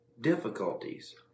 difficulties